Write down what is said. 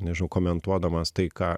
nežinau komentuodamas tai ką